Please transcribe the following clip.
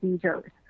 procedures